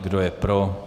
Kdo je pro?